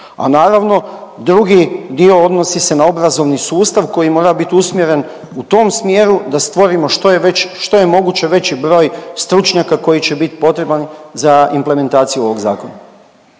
A naravno drugi dio odnosi se na obrazovni sustav koji mora bit usmjeren u tom smjeru da stvorimo što je već, što je moguće veći broj stručnjaka koji će bit potreban za implementaciju ovog zakona,